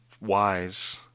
wise